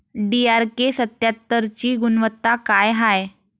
DRK सत्यात्तरची गुनवत्ता काय हाय?